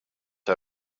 een